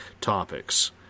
topics